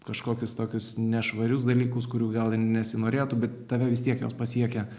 kažkokius tokius nešvarius dalykus kurių gal ir nesinorėtų bet tave vis tiek jos pasiekia